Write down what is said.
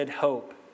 hope